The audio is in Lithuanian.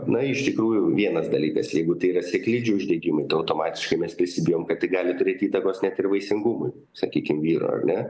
na iš tikrųjų vienas dalykas jeigu tai yra sėklidžių uždegimai tai automatiškai mes prisibijom kad gali turėti įtakos net ir vaisingumui sakykim vyro ar ne